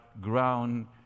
ground